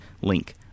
link